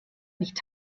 nicht